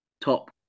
top